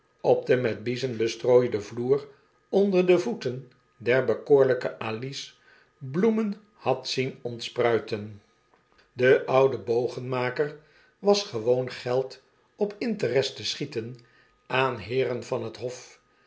op den met biezen bestrooiden vloer onder de voeten der bekoorlijke alice bloemen had zien ontspruiten de oude bogenmaker was gewoon geld op interest te schieten aan heeren van het hof